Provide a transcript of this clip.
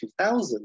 2000